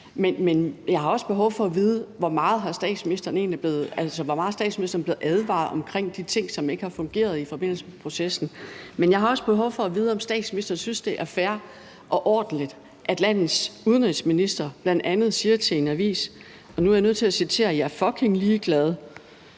Men jeg har også behov for at vide, hvor meget statsministeren egentlig er blevet advaret om de ting, som ikke har fungeret i forbindelse med processen. Jeg har også behov for at vide, om statsministeren synes, det er fair og ordentligt, at landets udenrigsminister bl.a. siger til en avis, og nu er jeg nødt til at citere: »Jeg er fucking ligeglad